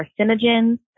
carcinogens